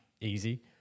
easy